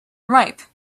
ripe